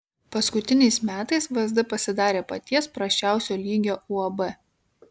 paskutiniais metais vsd pasidarė paties prasčiausio lygio uab